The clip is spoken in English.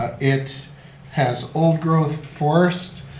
ah it has old growth forests